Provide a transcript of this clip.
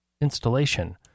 installation